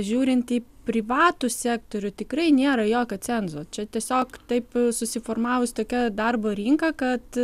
žiūrint į privatų sektorių tikrai nėra jokio cenzo čia tiesiog taip susiformavus tokia darbo rinka kad